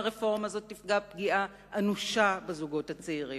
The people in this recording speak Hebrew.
והרפורמה הזאת תפגע פגיעה אנושה בזוגות הצעירים.